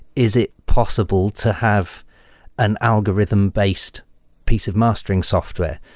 is it possible to have an algorithm-based piece of mastering software?